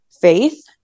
faith